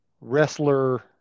wrestler